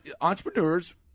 entrepreneurs